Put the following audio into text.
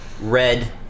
red